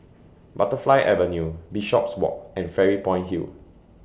Butterfly Avenue Bishopswalk and Fairy Point Hill